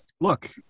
Look